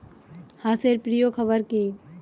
হাঁস এর প্রিয় খাবার কি?